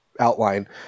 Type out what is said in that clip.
Outline